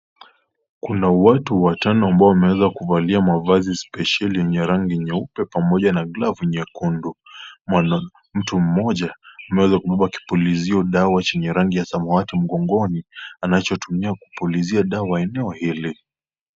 Kuna watu watano ambao wameweza kuvalia mavazi spesheli yenye rangi nyeupe pamoja na glavu nyekundu. Mtu mmoja ameweza kubeba kupulizio dawa chenye rangi ya samawati mgongoni, anachokitumia kupulizia dawa eneo hili.